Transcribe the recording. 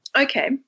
Okay